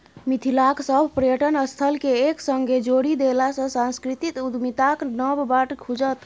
मिथिलाक सभ पर्यटन स्थलकेँ एक संगे जोड़ि देलासँ सांस्कृतिक उद्यमिताक नब बाट खुजत